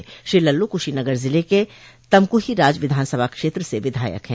ॅश्री लल्लू कुशीनगर जिले के तमकुहीराज विधानसभा क्षेत्र से विधायक हैं